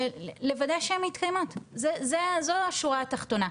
לוודא שהם מתקיימות, זו השורה התחתונה.